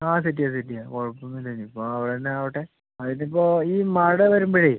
ആ സിറ്റിയാ സിറ്റിയാ കുഴപ്പം ഒന്നും ഇല്ല ഇനി ഇപ്പൊൾ അത് തന്നെ ആവട്ടെ ആ ഇത് ഇപ്പൊൾ ഈ മഴ വരുമ്പോഴെ